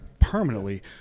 permanently